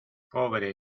pobre